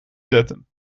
zetten